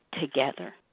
together